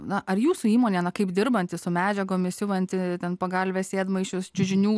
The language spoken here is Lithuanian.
na ar jūsų įmonė kaip dirbanti su medžiagomis siuvanti ten pagalvę sėdmaišius čiužinių